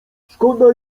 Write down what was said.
szkoda